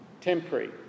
temporary